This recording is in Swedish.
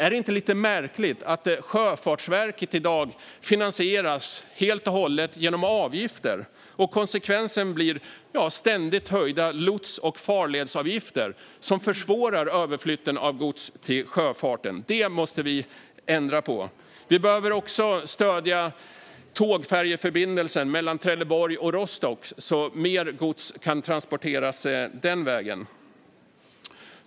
Är det inte lite märkligt att Sjöfartsverket i dag helt och hållet finansieras genom avgifter? Konsekvensen blir ständigt höjda lots och farledsavgifter som försvårar överflyttningen av gods till sjöfarten. Detta måste vi ändra på. Vi behöver också stödja tågfärjeförbindelsen mellan Trelleborg och Rostock så att mer gods kan transporteras den vägen.